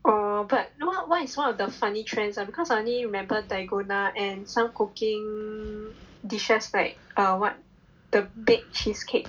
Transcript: oh but what what is one of the funny trends ah because I only remembered dalgona and some cooking dishes right err what the baked cheesecake